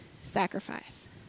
sacrifice